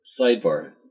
Sidebar